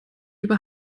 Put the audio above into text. über